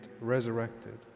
resurrected